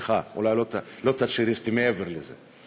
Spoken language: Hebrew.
סליחה, אולי לא תאצ'ריסטי, מעבר לזה.